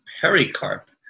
pericarp